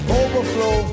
overflow